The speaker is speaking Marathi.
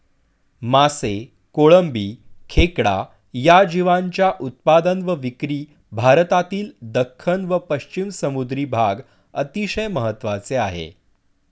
मासे, कोळंबी, खेकडा या जीवांच्या उत्पादन व विक्री भारतातील दख्खन व पश्चिम समुद्री भाग अतिशय महत्त्वाचे आहे